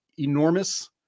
Enormous